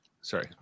sorry